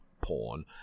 porn